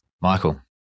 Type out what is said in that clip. Michael